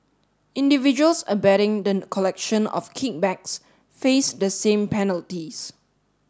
individuals abetting the collection of kickbacks face the same penalties